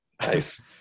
nice